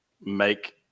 make